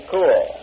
Cool